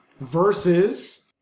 Versus